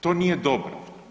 To nije dobro.